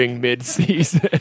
mid-season